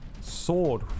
sword